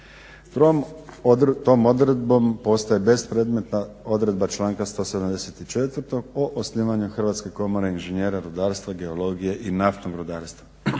EU. Tom odredbom postaje bespredmetna odredba članka 174. o osnivanju Hrvatske komore inženjera rudarstva, geologije i naftnog rudarstva.